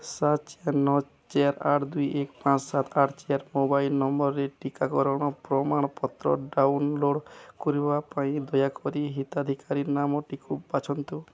ସାତ ଚାରି ନଅ ଚାରି ଆଠ ଦୁଇ ଏକ ପାଞ୍ଚ ସାତ ଆଠ ଚାରି ମୋବାଇଲ୍ ନମ୍ବର୍ରେ ଟିକାକରଣ ପ୍ରମାଣପତ୍ର ଡାଉନଲୋଡ଼୍ କରିବା ପାଇଁ ଦୟାକରି ହିତାଧିକାରୀ ନାମଟିକୁ ବାଛନ୍ତୁ